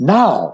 now